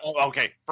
Okay